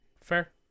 Fair